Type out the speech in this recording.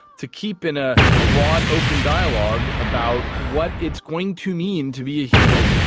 to keep in a broad open dialogue about what it's going to mean to be a human.